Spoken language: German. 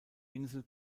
insel